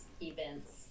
events